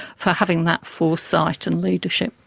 for having that foresight and leadership.